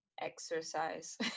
exercise